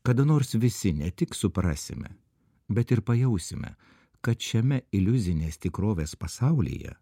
kada nors visi ne tik suprasime bet ir pajausime kad šiame iliuzinės tikrovės pasaulyje